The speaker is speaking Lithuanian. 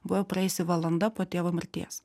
buvo praėjusi valanda po tėvo mirties